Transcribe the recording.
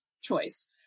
choice